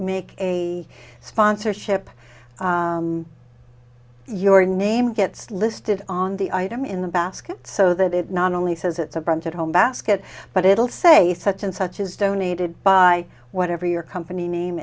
make a sponsorship your name gets listed on the item in the basket so that it not only says it's a bunch at home basket but it'll say such and such is donated by whatever your company name